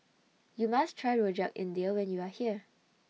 YOU must Try Rojak India when YOU Are here